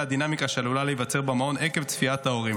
הדינמיקה שעלולה להיווצר במעון עקב צפיית הורים,